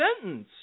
sentence